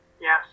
yes